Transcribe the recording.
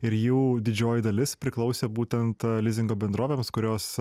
ir jų didžioji dalis priklausė būtent lizingo bendrovėms kurios